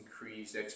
increased